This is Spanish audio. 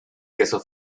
queso